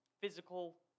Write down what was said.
physical